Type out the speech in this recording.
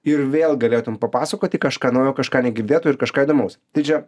ir vėl galėtum papasakoti kažką naujo kažką negirdėto ir kažką įdomaus tai čia